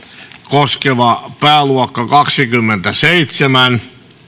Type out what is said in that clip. koskeva pääluokka kaksikymmentäseitsemän